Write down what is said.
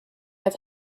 have